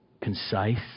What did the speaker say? concise